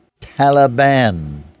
Taliban